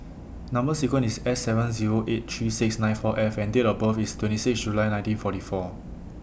Number sequence IS S seven Zero eight three six nine four F and Date of birth IS twenty six July nineteen forty four